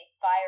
fire